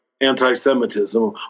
anti-Semitism